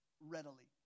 readily